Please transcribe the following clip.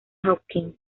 hopkins